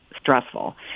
stressful